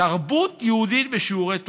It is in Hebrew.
תרבות יהודית בשיעורי תורה.